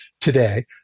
today